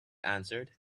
answered